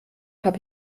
habe